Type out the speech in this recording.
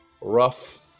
Rough